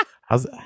how's